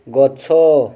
ଗଛ